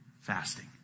fasting